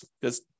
because-